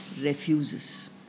refuses